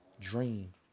dream